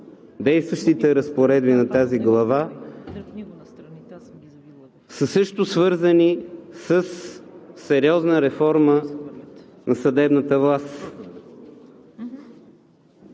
действащите разпоредби на тази глава, са също свързани със сериозна реформа на съдебната власт.